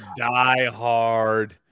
diehard